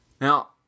Now